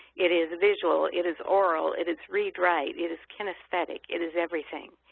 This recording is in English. it is visual. it is aural. it is read write. it is kinesthetic. it is everything.